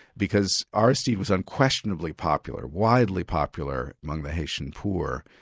because aristide was unquestionably popular, widely popular among the haitian poor.